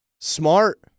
Smart